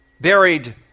buried